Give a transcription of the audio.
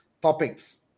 topics